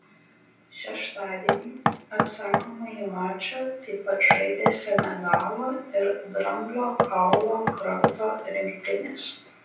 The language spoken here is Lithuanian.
šeštadienį atsakomąjį mačą taip pat žaidė senegalo ir dramblio kaulo kranto rinktinės